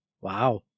Wow